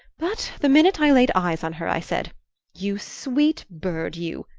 but the minute i laid eyes on her, i said you sweet bird, you!